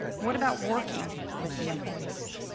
what about working with the employees?